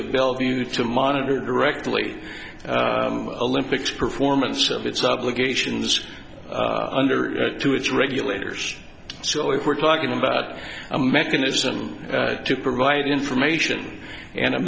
of bellevue to monitor directly olympics performance of its obligations under to its regulators so if we're talking about a mechanism to provide information and a